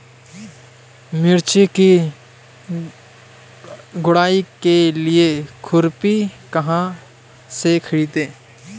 मिर्च की गुड़ाई के लिए खुरपी कहाँ से ख़रीदे?